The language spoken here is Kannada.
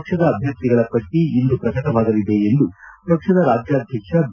ಪಕ್ಷದ ಅಭ್ಯರ್ಥಿಗಳ ಪಟ್ಟಿ ಇಂದು ಪ್ರಕಟವಾಗಲಿದೆ ಎಂದು ಪಕ್ಷದ ರಾಜ್ಯಾಧ್ವಕ್ಷ ಬಿ